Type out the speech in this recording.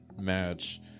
Match